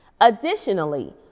Additionally